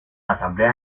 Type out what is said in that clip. asamblea